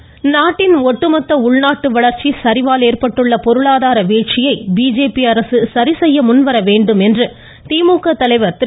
ஸ்டாலின் நாட்டின் ஒட்டு மொத்த உள்நாட்டு வளர்ச்சி சரிவால் ஏற்பட்டுள்ள பொருளாதாரம் வீழ்ச்சியை பிஜேபி அரசு சரி செய்ய முன்வர வேண்டும் என்று திமுக தலைவர் திரு